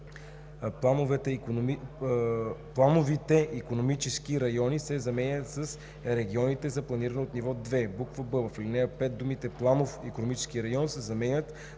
„плановите икономически райони“ се заменят с „регионите за планиране от ниво 2“; б) в ал. 5 думите „планов икономически район“ се заменят